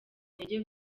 intege